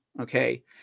Okay